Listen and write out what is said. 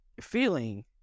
feeling